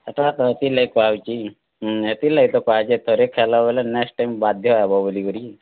ହେଟା ତ ହେଥିର୍ଲାଗି କୁହାଯାଉଛେ ତ ହୁଁ ହେଥିର୍ ଲାଗି ତ କୁହାଯାଉଛେ ଥରେ ଖାଏଲେ ବେଲେ ନେକ୍ସଟ୍ ଟାଇମ୍ ବାଧ୍ୟ ଆଏବ ବୋଲି